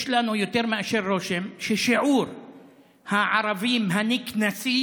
יש לנו יותר מאשר רושם ששיעור הערבים הנקנסים